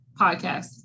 podcast